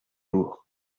lourd